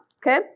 okay